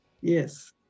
Yes